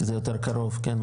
כי זה יותר קרוב כן,